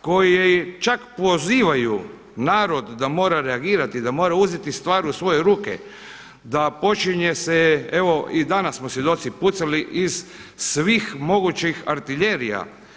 koji čak pozivaju narod da moraju reagirati, da mora uzeti stvar u svoje ruke, da počinje se evo i danas smo svjedoci pucali iz svih mogućih artiljerija.